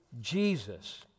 Jesus